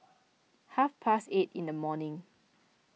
half past eight in the morning